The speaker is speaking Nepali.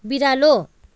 बिरालो